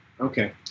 Okay